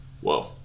Whoa